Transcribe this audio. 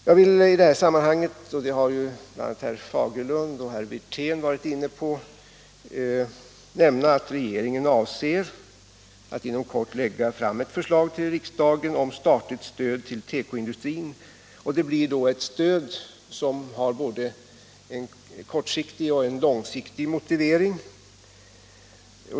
Jag vill i detta sammanhang — det har bl.a. herrar Fagerlund och Wirtén varit inne på — nämna att regeringen avser att inom kort lägga fram förslag till riksdagen om statligt stöd till tekoindustrin. Det blir då ett stöd som har både en kortsiktig och en långsiktig motivering.